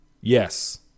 Yes